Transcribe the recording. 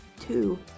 two